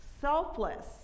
Selfless